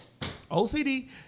OCD